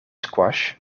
squash